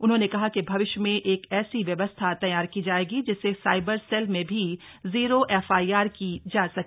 उन्होंने कहा कि भविष्य में एक ऐसी व्यवस्था तैयार की जाएगी जिससे साइबर सेल में भी जीरो एफआईआर की जा सके